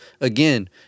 again